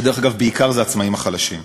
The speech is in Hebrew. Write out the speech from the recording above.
דרך אגב, זה בעיקר עצמאים חלשים.